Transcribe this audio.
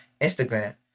Instagram